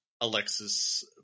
Alexis